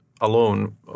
alone